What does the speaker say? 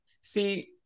See